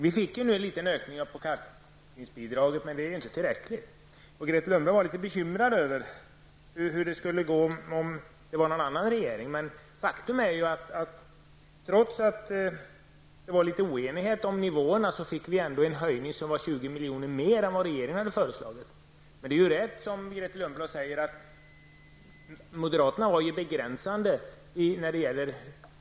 Nu ökades kalkningsbidraget, men det är ju inte tillräckligt. Grethe Lundblad var litet bekymrad över hur det skulle gå om det var en annan regering. Trots att det var litet oenighet om nivåerna fick vi en höjning, som är 20 milj.kr. högre än regeringens förslag. Men Grethe Lundblad hade ju rätt när hon sade att moderaterna begränsade höjningen.